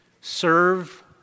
serve